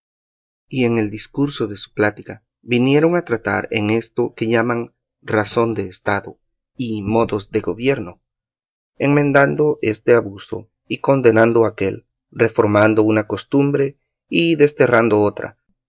y en el discurso de su plática vinieron a tratar en esto que llaman razón de estado y modos de gobierno enmendando este abuso y condenando aquél reformando una costumbre y desterrando otra